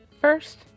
First